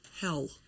Hell